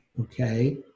Okay